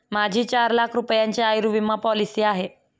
माझी चार लाख रुपयांची आयुर्विमा पॉलिसी आहे